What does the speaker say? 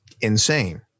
insane